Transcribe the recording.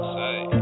Say